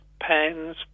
pens